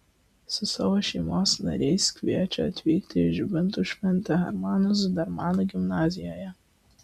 su savo šeimos nariais kviečia atvykti į žibintų šventę hermano zudermano gimnazijoje